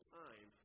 time